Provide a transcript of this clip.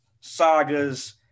sagas